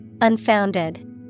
Unfounded